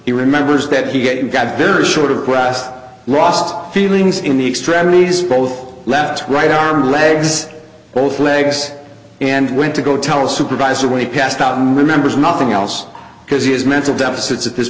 he remembers that he gave got very short of quest rost feelings in the extremities both left right arm and legs both legs and went to go tell a supervisor when he passed out remembers nothing else because he has mental deficits at this